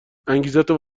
انگیزتونو